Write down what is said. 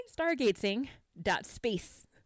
Stargatesing.space